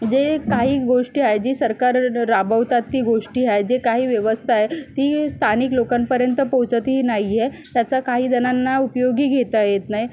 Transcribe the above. जे काही गोष्टी आहे जी सरकार राबवतात ती गोष्टी आहे जे काही व्यवस्था आहे ती स्थानिक लोकांपर्यंत पोहोचतही नाही आहे त्याचा काही जणांना उपयोगही घेता येत नाही